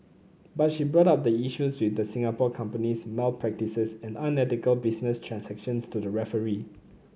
but she brought up the issues with the Singapore company's malpractices and unethical business transactions to the referee